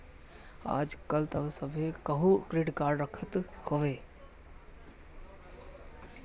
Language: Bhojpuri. आजकल तअ सभे केहू क्रेडिट कार्ड रखत हवे